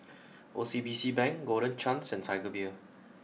O C B C Bank Golden Chance and Tiger Beer